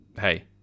Hey